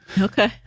Okay